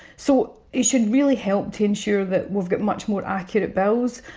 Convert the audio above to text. so, it should really help to ensure that we've got much more accurate bills.